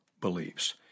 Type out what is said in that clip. beliefs